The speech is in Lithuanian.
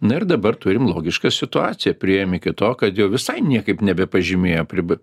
na ir dabar turim logišką situaciją priėjom iki to kad jau visai niekaip nebepažymėjo prib